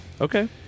Okay